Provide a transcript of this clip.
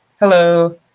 Hello